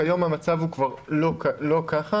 כיום המצב הוא כבר לא ככה.